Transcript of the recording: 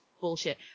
bullshit